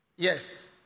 Yes